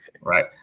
Right